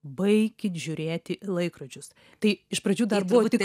baikit žiūrėti į laikrodžius tai iš pradžių dar buvo tik